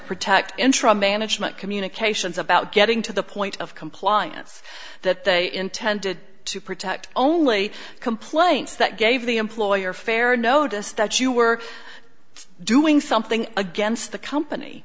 protect interim management communications about getting to the point of compliance that they intended to protect only complaints that gave the employer fair notice that you were doing something against the company